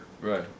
Right